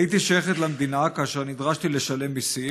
הייתי שייכת למדינה כאשר נדרשתי לשלם מיסים,